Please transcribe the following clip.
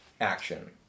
action